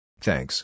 Thanks